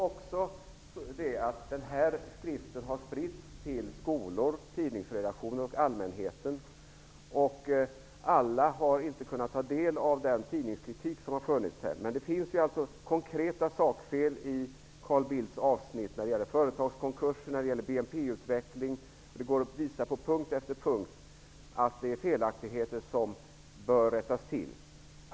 Fru talman! Den här skriften har också spritts till skolor, tidningsredaktioner och allmänheten. Alla har inte kunnat ta del av den tidningskritik som förekommit. Det finns konkreta sakfel i Carl Bildts avsnitt när det gäller företagskonkurser och BNP utveckling. Det går att visa på punkt efter punkt att det är felaktigheter som bör rättas till.